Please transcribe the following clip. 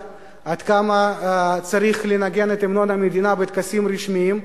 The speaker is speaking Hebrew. עד כמה צריך לנגן את המנון המדינה בטקסים רשמיים,